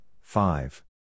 five